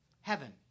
Heaven